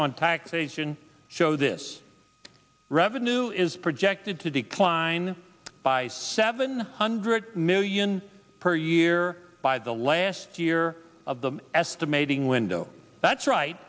on taxation show this revenue is projected to decline by seven hundred million per year by the last year of the estimating window that's right